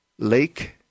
Lake